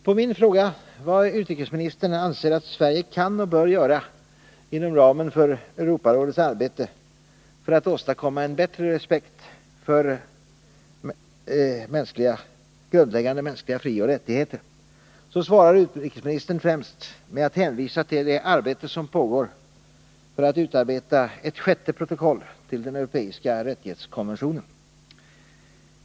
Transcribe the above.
På min fråga vad utrikesministern anser att Sverige kan och bör göra inom ramen för Europarådets arbete för att åstadkomma en bättre respekt för grundläggande mänskliga frioch rättigheter svarar utrikesministern främst med att hänvisa till det arbete som pågår för att utarbeta ett sjätte protokoll till den europeiska rättighetskonventionen.